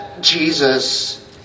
Jesus